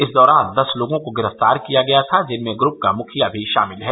इस दौरान दस लोगों को गिरफ्तार किया था जिनमें ग्रूप का मुखिया भी शामिल है